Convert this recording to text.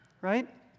right